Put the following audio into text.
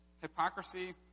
hypocrisy